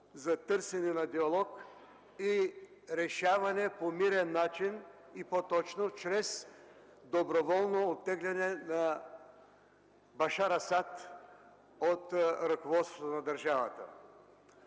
за търсене на диалог и решаване по мирен начин и по-точно чрез доброволно оттегляне на Башар Асад от ръководството на държавата.